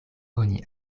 oni